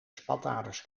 spataders